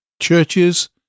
churches